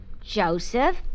Joseph